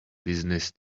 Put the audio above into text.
business